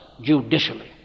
judicially